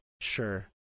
sure